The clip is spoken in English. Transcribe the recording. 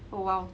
oh !wow!